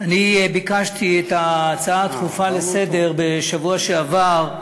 ביקשתי את ההצעה הדחופה לסדר-היום בשבוע שעבר.